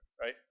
right